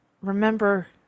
remember